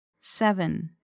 seven